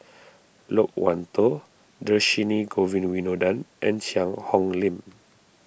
Loke Wan Tho Dhershini Govin Winodan and Cheang Hong Lim